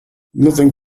nothing